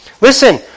Listen